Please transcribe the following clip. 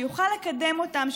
שיוכל לקדם אותם,